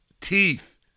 teeth